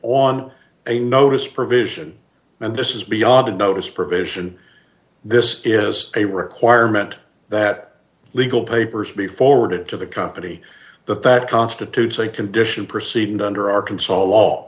on a notice provision and this is beyond a notice provision this is a requirement that legal papers be forwarded to the company that that constitutes a condition proceeding under arkansas law